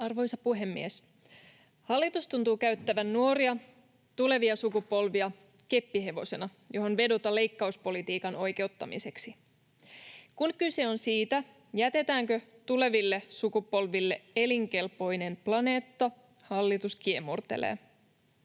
Arvoisa puhemies! Hallitus tuntuu käyttävän nuoria, tulevia sukupolvia, keppihevosena, johon vedota leikkauspolitiikan oikeuttamiseksi. Kun kyse on siitä, jätetäänkö tuleville sukupolville elinkelpoinen planeetta, hallitus kiemurtelee.